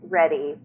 ready